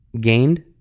gained